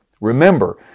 Remember